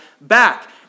back